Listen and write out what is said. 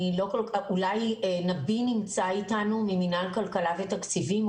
נביה נמצא איתנו ממנהל כלכלה ותקציבים,